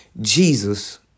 Jesus